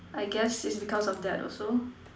I guess it's because of that also